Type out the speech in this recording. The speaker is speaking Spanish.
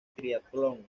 triatlón